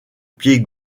pied